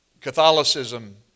Catholicism